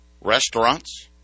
Restaurants